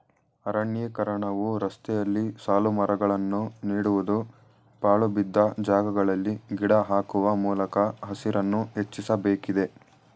ಅರಣ್ಯೀಕರಣವು ರಸ್ತೆಯಲ್ಲಿ ಸಾಲುಮರಗಳನ್ನು ನೀಡುವುದು, ಪಾಳುಬಿದ್ದ ಜಾಗಗಳಲ್ಲಿ ಗಿಡ ಹಾಕುವ ಮೂಲಕ ಹಸಿರನ್ನು ಹೆಚ್ಚಿಸಬೇಕಿದೆ